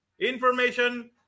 information